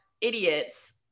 idiots